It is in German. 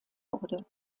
wurde